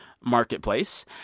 Marketplace